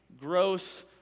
gross